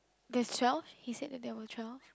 there's twelve he said that there was twelve